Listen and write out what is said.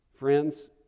friends